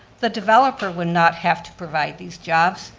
the developer would not have to provide these jobs,